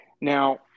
Now